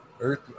earth